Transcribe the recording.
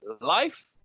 life